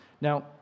Now